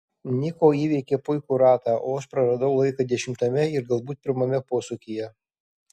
niko įveikė puikų ratą o aš praradau laiko dešimtame ir galbūt pirmame posūkyje